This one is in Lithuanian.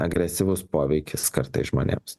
agresyvus poveikis kartais žmonėms